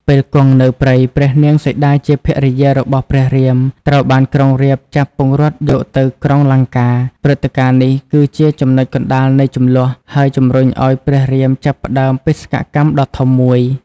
ពេលគង់នៅព្រៃ ព្រះនាងសីតាជាភរិយារបស់ព្រះរាម ត្រូវបានក្រុងរាពណ៍ចាប់ពង្រត់យកទៅក្រុងលង្កា។ ព្រឹត្តិការណ៍នេះគឺជាចំណុចកណ្ដាលនៃជម្លោះ ហើយជំរុញឲ្យព្រះរាមចាប់ផ្ដើមបេសកកម្មដ៏ធំមួយ។